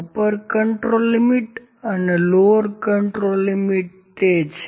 upper control limit અને lower control limit ત્યાં છે